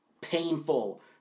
painful